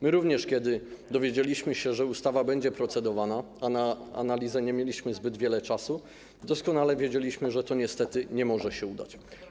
My również, kiedy dowiedzieliśmy się, że ustawa będzie procedowana, a na analizę nie mieliśmy zbyt wiele czasu, doskonale wiedzieliśmy, że to niestety nie może się udać.